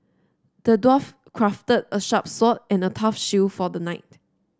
the dwarf crafted a sharp sword and a tough shield for the knight